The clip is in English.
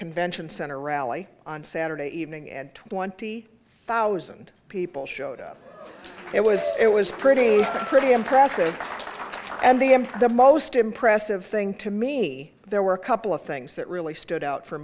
convention center rally on saturday evening and twenty thousand people showed up it was it was pretty pretty impressive and the and the most impressive thing to me there were a couple of things that really stood out for